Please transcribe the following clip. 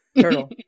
Turtle